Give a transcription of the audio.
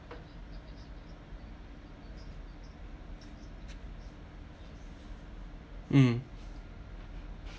mm